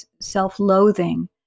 self-loathing